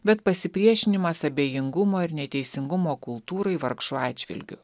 bet pasipriešinimas abejingumo ir neteisingumo kultūrai vargšų atžvilgiu